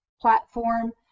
platform